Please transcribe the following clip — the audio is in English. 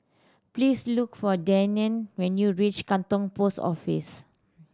please look for Deanne when you reach Katong Post Office